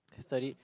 I studied